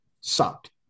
Sucked